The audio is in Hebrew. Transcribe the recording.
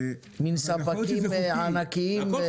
מין ספקים ענקיים.